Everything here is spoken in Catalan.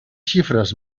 xifres